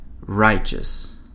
Righteous